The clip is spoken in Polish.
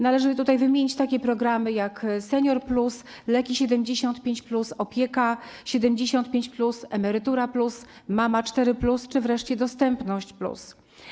Należy tutaj wymienić takie programy jak: „Senior+”, „Leki 75+”, „Opieka 75+”, „Emerytura+”, „Mama 4+” czy wreszcie „Dostępność+”